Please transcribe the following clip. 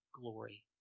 glory